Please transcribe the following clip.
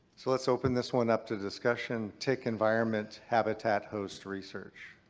so let's open this one up to discussion tick environment habitat host research.